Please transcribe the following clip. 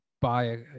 buy